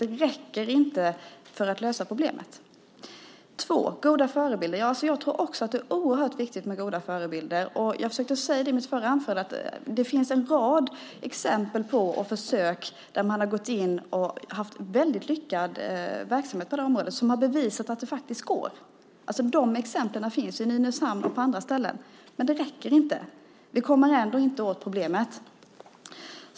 Det räcker inte för att lösa problemet. Arbetsmarknadsministern talar om goda förebilder. Jag tror också att det är oerhört viktigt med goda förebilder. Jag försökte säga i mitt förra anförande att det finns en rad exempel på försök där man har gått in och haft väldigt lyckad verksamhet på det här området och bevisat att det faktiskt går. De exemplen finns i Nynäshamn och på andra ställen. Men det räcker inte. Vi kommer ändå inte åt problemet.